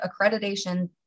Accreditation